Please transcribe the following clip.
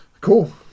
cool